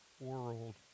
world